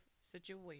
situation